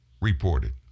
reported